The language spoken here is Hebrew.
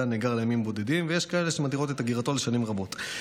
נאגר לימים בודדים ויש כאלה שמתירות את אגירתו לשנים רבות,